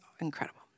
incredible